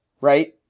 right